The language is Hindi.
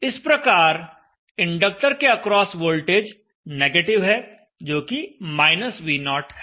इस प्रकार इंडक्टर के अक्रॉस वोल्टेज नेगेटिव है जोकि -V0 है